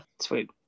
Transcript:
Sweet